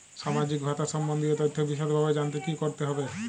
সামাজিক ভাতা সম্বন্ধীয় তথ্য বিষদভাবে জানতে কী করতে হবে?